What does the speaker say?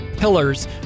Pillars